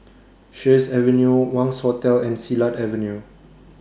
Sheares Avenue Wangz Hotel and Silat Avenue